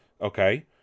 Okay